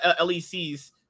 LECs